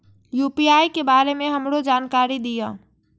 UPI के बारे में हमरो जानकारी दीय?